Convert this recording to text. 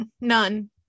none